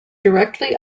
directly